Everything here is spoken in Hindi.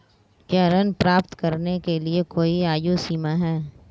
क्या ऋण प्राप्त करने के लिए कोई आयु सीमा है?